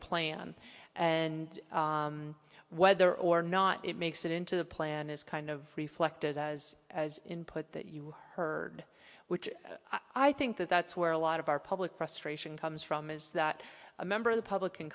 plan and whether or not it makes it into the plan is kind of reflected as input that you heard which i think that's where a lot of our public frustration comes from is that a member of the public can